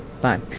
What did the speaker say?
Bye